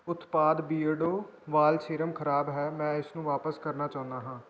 ਉਤਪਾਦ ਬਿਰਡੋ ਵਾਲ ਸੀਰਮ ਖਰਾਬ ਹੈ ਮੈਂ ਇਸਨੂੰ ਵਾਪਿਸ ਕਰਨਾ ਚਾਹੁੰਦਾ ਹਾਂ